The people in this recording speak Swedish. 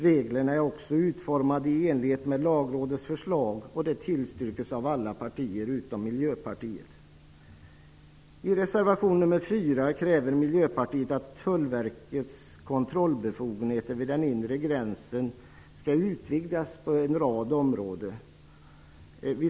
Reglerna är också utformade i enlighet med Lagrådets förslag och tillstyrks av alla partier utom miljöpartiet. I reservation nr 4 kräver miljöpartiet att Tullverkets kontrollbefogenheter vid den inre gränsen skall utvidgas på en rad områden.